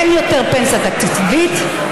אין יותר פנסיה תקציבית,